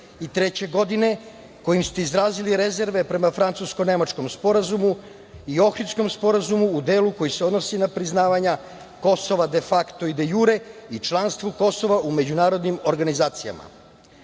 2023. godine kojim ste izrazili rezerve prema francusko-nemačkom sporazumu i Ohridskom sporazumu u delu koji se odnosi na priznavanje Kosova de fakto i de jure i članstvu Kosova u međunarodnim organizacijama?